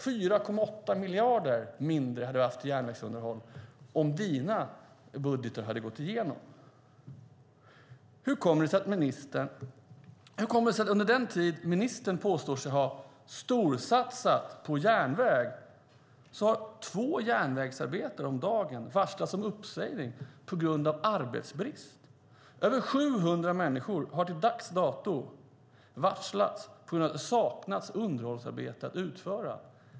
4,8 miljarder mindre hade vi haft till järnvägsunderhåll om dina budgetar hade gått igenom. Hur kommer det sig att under den tid ministern påstår sig ha storsatsat på järnväg har två järnvägsarbetare om dagen varslats om uppsägning på grund av arbetsbrist? Över 700 människor har till dags dato varslats på grund av att det saknas underhållsarbete att utföra.